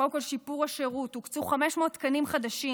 קודם כול שיפור השירות, הוקצו 500 תקנים חדשים,